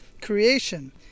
creation